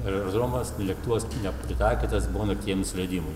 aerodromas lėktuvas nepritaikytas būna tiem nusileidimam